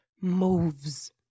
moves